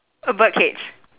a bird cage